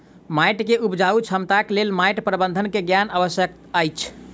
माइट के उपजाऊ क्षमताक लेल माइट प्रबंधन के ज्ञान आवश्यक अछि